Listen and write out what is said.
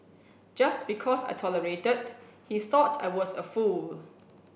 just because I tolerated he thought I was a fool